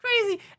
crazy